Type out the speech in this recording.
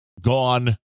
gone